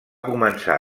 començar